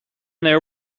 there